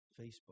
Facebook